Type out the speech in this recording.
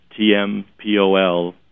tmpol